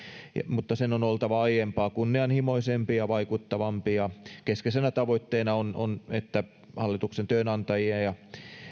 mutta sen on oltava aiempaa kunnianhimoisempi ja vaikuttavampi ja keskeisenä tavoitteena on että työnantajia ja